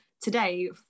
today